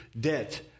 debt